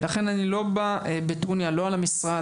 ולכן אני לא בא בטרוניה לא על המשרד